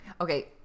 okay